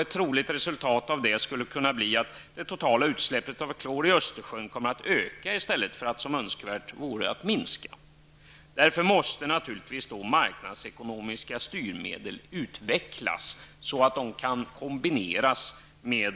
Ett troligt resultat är att de totala utsläppen av klor i Östersjön kommer att öka i stället för att som önskvärt vore minska. Därför måste marknadsekonomiska styrmedel utvecklas, som kan kombineras med